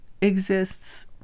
exists